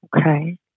Okay